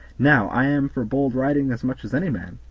now, i am for bold riding as much as any man,